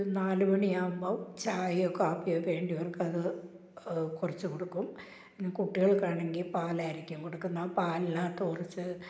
നാല് മണിയാകുമ്പം ചായയോ കാപ്പിയോ വേണ്ടിയവര്ക്ക് അതു കുറച്ച് കൊടുക്കും കുട്ടികള്ക്കാണെങ്കിൽ പാലായിരിക്കും കൊടുക്കുന്നത് ആ പാലിനകത്തു കുറച്ച്